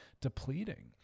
depleting